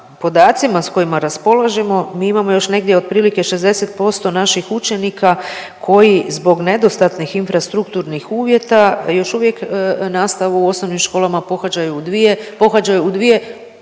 podacima s kojima raspolažemo mi imamo još negdje otprilike 60% naših učenika koji zbog nedostatnih infrastrukturnih uvjeta još uvijek nastavu u osnovnim školama pohađaju u dvije,